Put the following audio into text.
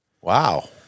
Wow